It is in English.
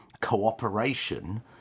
cooperation